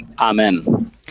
Amen